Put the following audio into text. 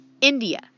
India